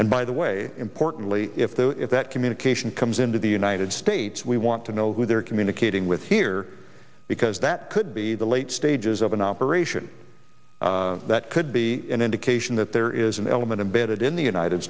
and by the way importantly if the if that communication comes into the united states we want to know who they're communicating with here because that could be the late stages of an operation that could be an indication that there is an element embedded in the united